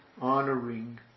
honoring